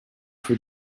für